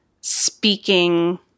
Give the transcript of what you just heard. speaking